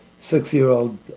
six-year-old